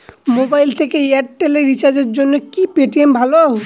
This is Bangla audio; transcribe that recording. মোবাইল থেকে এয়ারটেল এ রিচার্জের জন্য কি পেটিএম ভালো?